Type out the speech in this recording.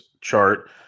chart